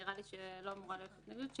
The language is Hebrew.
שנראה לי שלא אמורה להיות התנגדות,